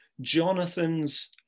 Jonathan's